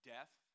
Death